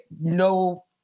no